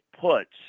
puts